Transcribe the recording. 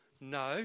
no